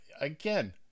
Again